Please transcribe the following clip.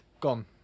gone